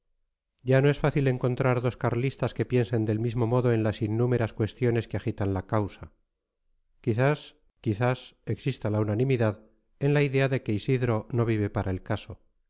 ya no es fácil encontrar dos carlistas que piensen del mismo modo en las innúmeras cuestiones que agitan la causa quizás quizás exista la unanimidad en la idea de que isidro no sirve para el caso